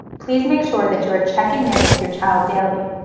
please make sure that you were checking in with your child daily.